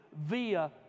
via